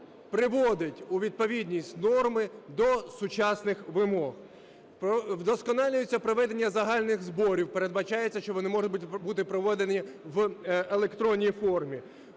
приводить у відповідність норми до сучасних вимог. Вдосконалюється проведення загальних зборів. Передбачається, що вони можуть бути проведені в електронній формі.